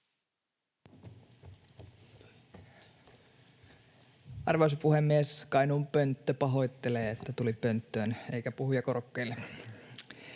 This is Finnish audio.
Arvoisa puhemies! Kainuun pönttö pahoittelee, että tuli pönttöön eikä puhujakorokkeelle.